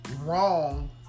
wrong